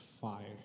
fire